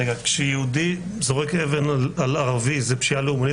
כשיהודי זורק אבן על ערבי זה פשיעה לאומנית